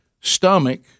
stomach